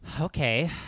Okay